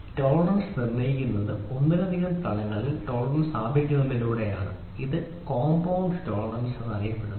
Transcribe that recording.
tolerance നിർണ്ണയിക്കുന്നത് ഒന്നിലധികം തലങ്ങളിൽ ടോളറൻസ് സ്ഥാപിക്കുന്നതിലൂടെയാണ് ഇത് കോമ്പൌണ്ട് ടോളറൻസ് എന്നറിയപ്പെടുന്നു